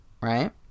right